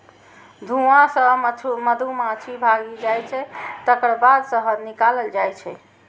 धुआं सं मधुमाछी भागि जाइ छै, तकर बाद शहद निकालल जाइ छै